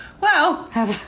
Wow